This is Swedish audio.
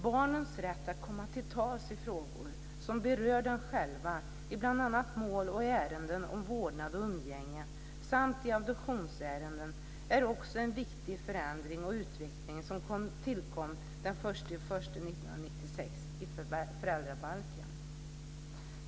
Barnens rätt att komma till tals i frågor som berör dem själva i bl.a. mål och ärenden om vårdnad och umgänge samt i adoptionsärenden är också en viktig förändring som tillkom den 1 januari 1996 i föräldrabalken.